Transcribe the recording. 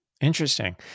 Interesting